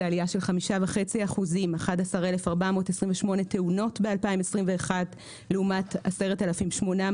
זאת עלייה של 5.5%; 11,428 תאונות ב-2021 לעומת 10,800